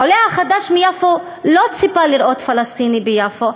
העולה החדש מיפו לא ציפה לראות פלסטיני ביפו,